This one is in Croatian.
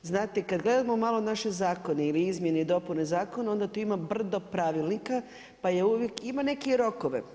Znate kad gledamo malo naše zakone ili izmjene i dopune zakona, onda tu ima brdo pravilnika pa ima neke rokove.